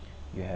you have